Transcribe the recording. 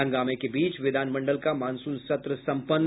हंगामे के बीच विधानमंडल का मॉनसून सत्र सम्पन्न